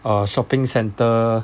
um shopping centre